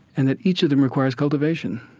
and that each of them requires cultivation.